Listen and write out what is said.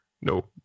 no